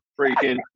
freaking